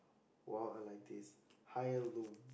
!wow! I like this higher loom